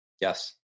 Yes